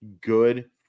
Good